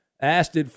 asked